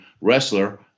wrestler